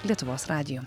lietuvos radiju